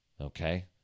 Okay